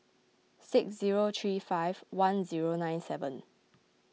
six zero three five one zero nine seven